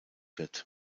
wird